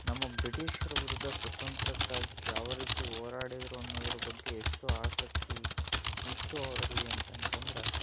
ನಮಗೆ ಬ್ರಿಟೀಷ್ರ ವಿರುದ್ಧ ಸ್ವತಂತ್ರಕ್ಕಾಗಿ ಯಾವ ರೀತಿ ಹೋರಾಡಿದರು ಅನ್ನೋದ್ರ ಬಗ್ಗೆ ಎಷ್ಟು ಆಸಕ್ತಿ ಇತ್ತು ಅವರಲ್ಲಿ ಅಂತಂತಂದರೆ